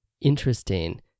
interesting